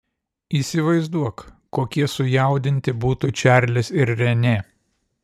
įsivaizduok kokie sujaudinti būtų čarlis ir renė